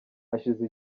hashize